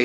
a